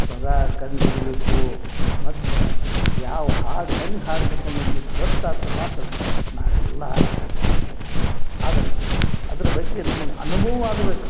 ಸ್ವರ ಕಂಡು ಹಿಡಿಬೇಕು ಮದ್ಲು ಯಾವ ಹಾಡು ಹೆಂಗೆ ಹಾಡ್ಬೇಕು ಅನ್ನೊದು ಗೊತ್ತಾತು ಮಾತ್ರ ನಾವೆಲ್ಲ ಹಾಡ್ಬೋದು ಆದರೆ ಅದ್ರ ಬಗ್ಗೆ ನಮಗೆ ಅನುಭವ ಆಗ್ಬೇಕು